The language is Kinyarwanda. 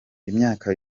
imyaka